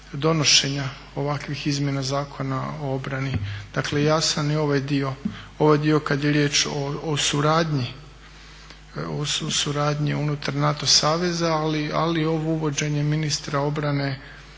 donošenja ovakvih izmjena Zakona o obrani. Dakle jasan je ovaj dio kad je riječ o suradnji unutar NATO savez, ali ovo uvođenje ministra obrane